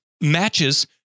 matches